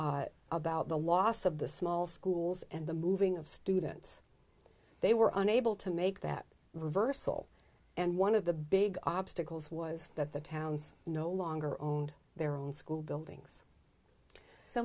about the loss of the small schools and the moving of students they were unable to make that reversal and one of the big obstacles was that the towns no longer owned their own school buildings so